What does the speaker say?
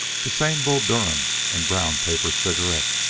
the same bull durham and brown-paper cigarette,